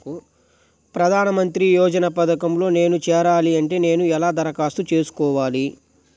ప్రధాన మంత్రి యోజన పథకంలో నేను చేరాలి అంటే నేను ఎలా దరఖాస్తు చేసుకోవాలి?